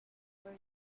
where